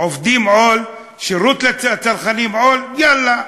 עובדים, עול, שירות לצרכנים, עול, יאללה,